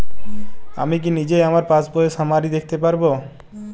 আমি কি নিজেই আমার পাসবইয়ের সামারি দেখতে পারব?